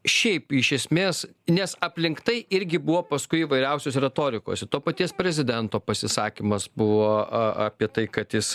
šiaip iš esmės nes aplink tai irgi buvo paskui įvairiausios retorikos ir to paties prezidento pasisakymas buvo a apie tai kad jis